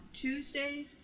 Tuesdays